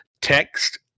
text